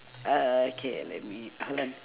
uh okay let me hold on